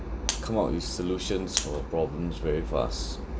come up with solutions for problems very fast